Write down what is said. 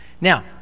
Now